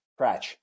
Cratch